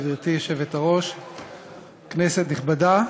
גברתי היושבת-ראש, תודה, כנסת נכבדה,